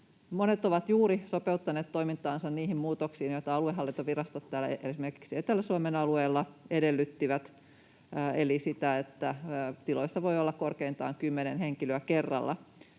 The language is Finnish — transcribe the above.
Monet ovat juuri sopeuttaneet toimintaansa niihin muutoksiin, joita aluehallintovirastot esimerkiksi Etelä-Suomen alueella edellyttivät, eli siihen, että tiloissa voi olla korkeintaan 10 henkilöä kerralla,